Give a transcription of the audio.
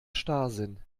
starrsinn